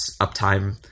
uptime